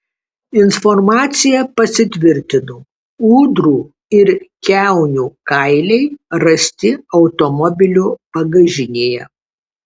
informacija pasitvirtino ūdrų ir kiaunių kailiai rasti automobilio bagažinėje